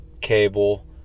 cable